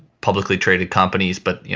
publicly traded companies. but,